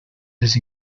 les